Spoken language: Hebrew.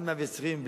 עד מאה-ועשרים,